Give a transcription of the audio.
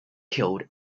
killed